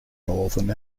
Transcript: northern